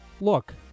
Look